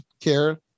care